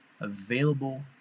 available